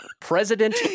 president